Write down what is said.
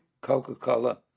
Coca-Cola